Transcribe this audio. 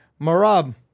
Marab